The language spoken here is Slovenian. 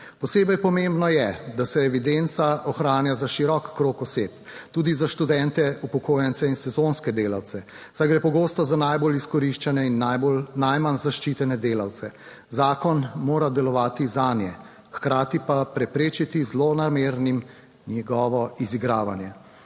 Posebej pomembno je, da se evidenca ohranja za širok krog oseb, tudi za študente, upokojence in sezonske delavce, saj gre pogosto za najbolj izkoriščane in najbolj, najmanj zaščitene delavce. Zakon mora delovati zanje, hkrati pa preprečiti zlonamernim njegovo izigravanje.